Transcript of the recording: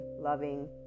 loving